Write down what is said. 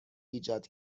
ایجاد